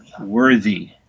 worthy